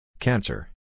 Cancer